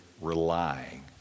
relying